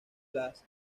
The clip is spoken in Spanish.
las